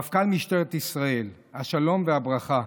מפכ"ל משטרת ישראל, השלום והברכה.